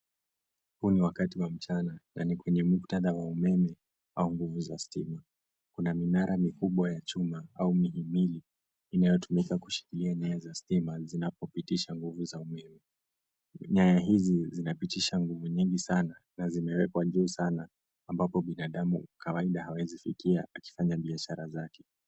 Huu ni wakati wa mchana na ni kwenye muktadha wa umeme au nguvu za stima. Kuna minara mikubwa ya chuma au mihimili inayotumika kushikilia nyaya za stima zinapopitisha nguvu za umeme. Nyaya hizi zinapitisha nguvu nyingi sana na zimewekwa juu sana ambapo binadamu kawaida hawezi fikia akifanya biashara zake.